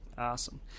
awesome